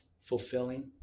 Fulfilling